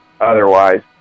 otherwise